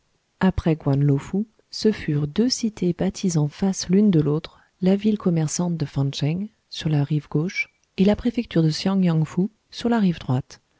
après guan lo fou ce furent deux cités bâties en face l'une de l'autre la ville commerçante de fan tcheng sur la rive gauche et la préfecture de siang yang fou sur la rive droite